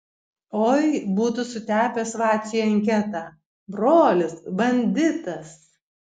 oi būtų sutepęs vaciui anketą brolis banditas